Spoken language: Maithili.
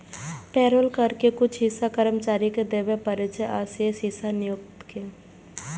पेरोल कर के कुछ हिस्सा कर्मचारी कें देबय पड़ै छै, आ शेष हिस्सा नियोक्ता कें